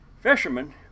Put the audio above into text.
fishermen